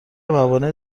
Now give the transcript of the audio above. موانع